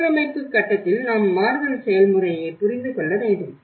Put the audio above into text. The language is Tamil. புனரமைப்பு கட்டத்தில் நாம் மாறுதல் செயல்முறையைப் புரிந்து கொள்ள வேண்டும்